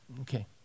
Okay